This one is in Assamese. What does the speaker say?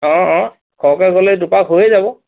অ অ খৰকৈ গ'লে দুপাক হৈয়ে যাব